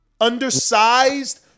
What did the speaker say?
undersized